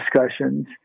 discussions